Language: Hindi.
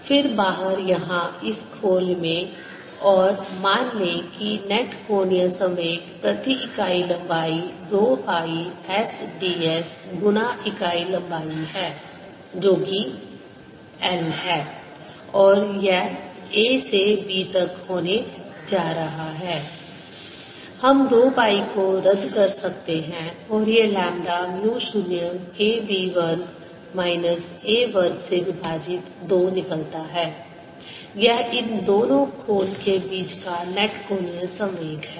फिर बाहर यहाँ इस खोल में और मान लें कि नेट कोणीय संवेग प्रति इकाई लंबाई 2 पाई S ds गुना इकाई लंबाई है जो कि 1 है और यह a से b तक होने जा रहा है हम 2 पाई को रद्द कर सकते हैं और यह लैम्ब्डा म्यू 0 K b वर्ग माइनस a वर्ग से विभाजित 2 निकलता है यह इन दोनों खोल के बीच का नेट कोणीय संवेग है